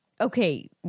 okay